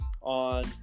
on